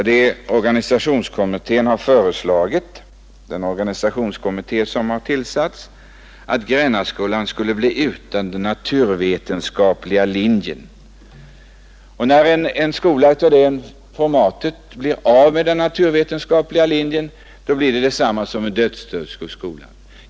Den organisationskommitté som tillsatts har föreslagit att Grännaskolan skulle bli utan den naturvetenskapliga linjen. När en skola av det formatet blir av med den naturvetenskapliga linjen är detta detsamma som en dödsstöt för skolan.